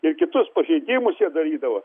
ir kitus pažeidimus jie darydavo